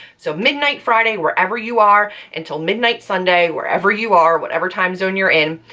so midnight friday wherever you are until midnight sunday wherever you are, whatever time zone you're in,